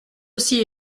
aussi